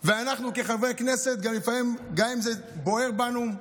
אנחנו כחברי כנסת, לפעמים, גם אם זה בוער בנו,